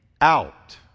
out